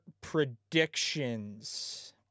predictions